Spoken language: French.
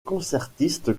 concertiste